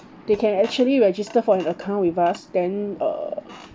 they can actually register for an account with us then err